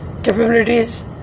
capabilities